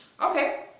Okay